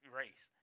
race